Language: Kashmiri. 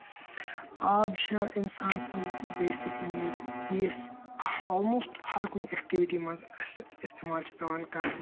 آب چھ اِنسان سٕنٛز بیسِک نیڈ یۄس آلموسٹ ہَر کُنہِ ایٚکٹِوٹی منٛز اَسہِ اِستعمال چھُ پیٚوان کَرُن